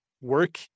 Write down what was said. work